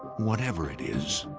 whatever it is,